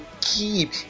keep